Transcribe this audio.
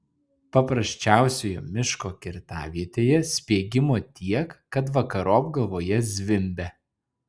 paprasčiausioje miško kirtavietėje spiegimo tiek kad vakarop galvoje zvimbia